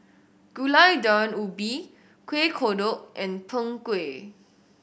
Gulai Daun Ubi Kuih Kodok and Png Kueh